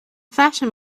fashion